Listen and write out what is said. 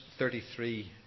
33